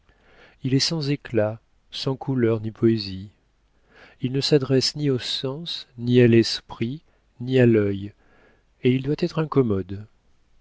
il est sans éclat sans couleur ni poésie il ne s'adresse ni aux sens ni à l'esprit ni à l'œil et il doit être incommode